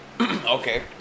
Okay